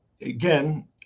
again